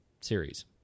series